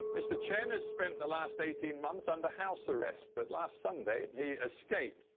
mr. chen has spent the last eighteen months under house arrest, but last sunday, he escaped.